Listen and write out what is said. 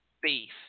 beef